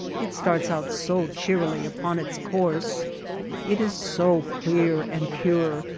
it starts out so cheerily upon its course it is so clear and pure,